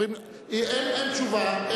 אין תשובה.